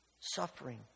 suffering